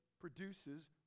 produces